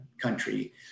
country